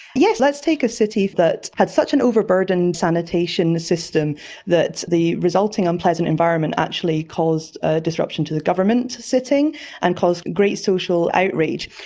yes, let's take a city that had such an overburdened sanitation system that the resulting unpleasant environment actually caused ah disruption to the government sitting and caused great social outrage.